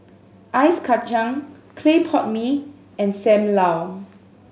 ice kacang clay pot mee and Sam Lau